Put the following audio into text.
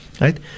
Right